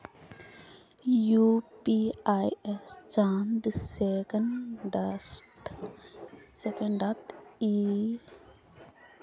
UPI स चंद सेकंड्सत इलेक्ट्रॉनिक ट्रांसफर संभव हई गेल छेक